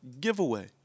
giveaway